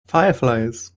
fireflies